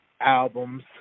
albums